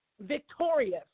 victorious